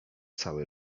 cały